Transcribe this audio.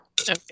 Okay